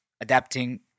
adapting